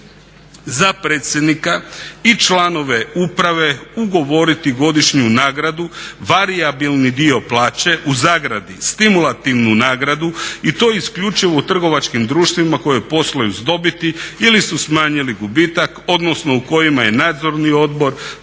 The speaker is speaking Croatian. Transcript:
za predsjednik i članove uprave ugovoriti godišnju nagradu, varijabilni dio plaće u zagradi stimulativnu nagradu i to isključivo u trgovačkim društvima koja posluju s dobiti ili su smanjili gubitak odnosno u kojima je nadzorni odbor